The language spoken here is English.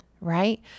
Right